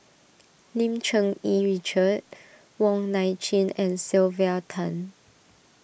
Lim Cherng Yih Richard Wong Nai Chin and Sylvia Tan